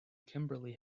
kimberly